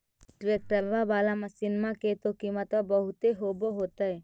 ट्रैक्टरबा बाला मसिन्मा के तो किमत्बा बहुते होब होतै?